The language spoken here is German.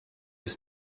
ist